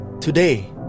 today